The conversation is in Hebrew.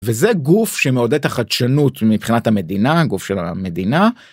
וזה גוף שמעודד את החדשנות מבחינת המדינה, גוף של המדינה.